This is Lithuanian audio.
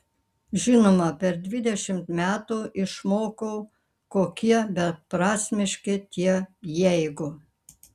žinoma per dvidešimt metų išmokau kokie beprasmiški tie jeigu